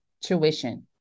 tuition